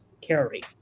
carry